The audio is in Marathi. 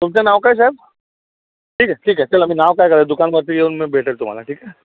तुमचं नाव काय साहेब ठीक आहे ठीक आहे चला मी नाव काय करायचं दुकानमध्ये येऊन मी भेटेल तुम्हाला ठीक आहे